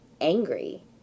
angry